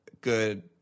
good